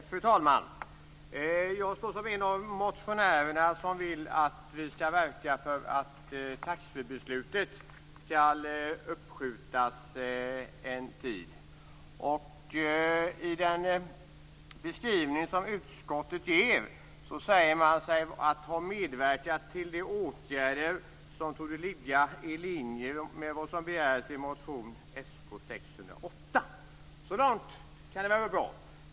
Fru talman! Jag är en av de motionärer som vill att vi skall verka för att taxfreebeslutet skall uppskjutas en tid. I den beskrivning som utskottet ger säger man sig ha medverkat till de åtgärder som torde ligga i linje med vad som begärs i motion Sk608. Så långt är det bra.